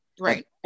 Right